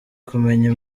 kumenya